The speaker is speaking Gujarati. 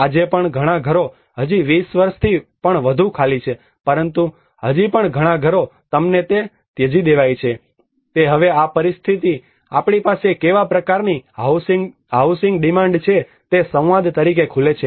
આજે પણ ઘણાં ઘરો હજી 20 વર્ષથી પણ વધુ ખાલી છે પરંતુ હજી પણ ઘણાં ઘરો તમને તે ત્યજી દેવાય છે તે હવે આ પરિસ્થિતિ આપણી પાસે કેવા પ્રકારની હાઉસિંગ ડિમાન્ડ છે તે સંવાદ તરીકે ખુલે છે